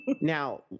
Now